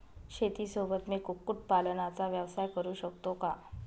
शेतीसोबत मी कुक्कुटपालनाचा व्यवसाय करु शकतो का?